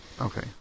Okay